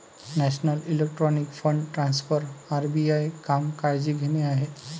national electronic fund transfer RBI काम काळजी घेणे आहे